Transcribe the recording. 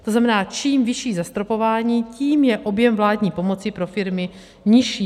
To znamená, čím vyšší zastropování, tím je objem vládní pomoci pro firmy nižší.